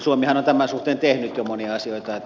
suomihan on tämän suhteen tehnyt jo monia asioita